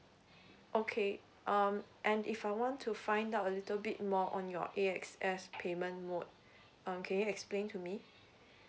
okay um and if I want to find out a little bit more on your A_X_S payment mode um can you explain to me